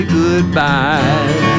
goodbye